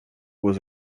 was